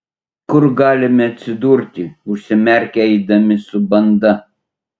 kur galime atsidurti užsimerkę eidami su banda